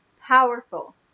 powerful